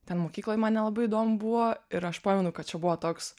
ten mokykloj man nelabai įdomu buvo ir aš pamenu kad čia buvo toks